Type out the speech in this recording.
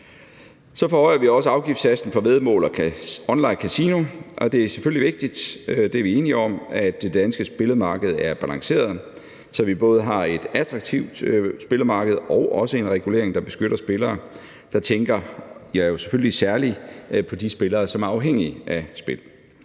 Så forhøjer vi også afgiftssatsen for væddemål og onlinekasino. Det er selvfølgelig vigtigt, og det er vi enige om, at det danske spilmarked er balanceret, så vi både har et attraktivt spillemarked og også en regulering, der beskytter spillerne. Jeg tænker selvfølgelig særlig på de spillere, der er afhængige af spil.